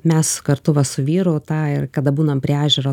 mes kartu va su vyru tą ir kada būnam prie ežero